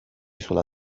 sulla